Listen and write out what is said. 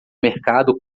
mercado